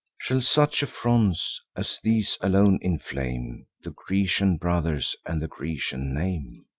shall such affronts as these alone inflame the grecian brothers, and the grecian name?